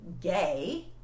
gay